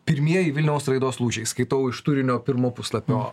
pirmieji vilniaus raidos lūžiai skaitau iš turinio pirmo puslapio